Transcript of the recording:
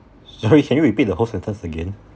sorry can you repeat the whole sentence again